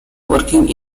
working